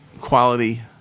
quality